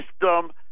system